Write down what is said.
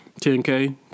10k